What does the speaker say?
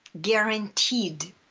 guaranteed